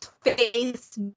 face